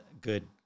good